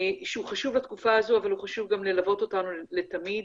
שהוא חשוב לתקופה הזו אבל הוא חשוב גם ללוות אותנו לתמיד.